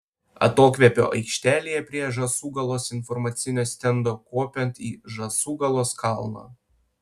atokvėpio aikštelėje prie žąsūgalos informacinio stendo kopiant į žąsūgalos kalną